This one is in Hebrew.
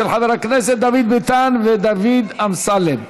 של חבר הכנסת דוד ביטן ודוד אמסלם.